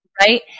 right